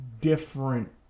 different